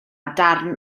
darn